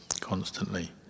constantly